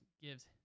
gives